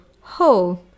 Ho